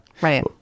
right